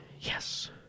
Yes